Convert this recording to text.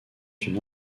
une